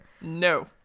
No